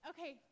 Okay